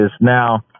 now